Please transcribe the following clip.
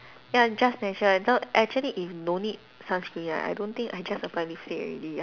ya just natural don't actually if no need sunscreen right I don't think I just apply lipstick already